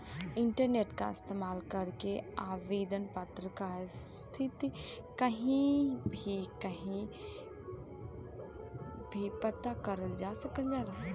internet क इस्तेमाल करके आवेदन पत्र क स्थिति कहीं भी कभी भी पता करल जा सकल जाला